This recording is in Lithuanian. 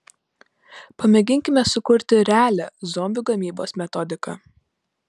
pamėginkime sukurti realią zombių gamybos metodiką